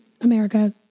America